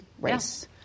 race